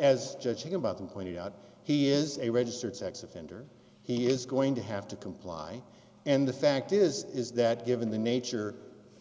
as judging about them pointing out he is a registered sex offender he is going to have to comply and the fact is is that given the nature of